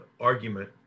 argument